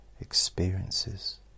experiences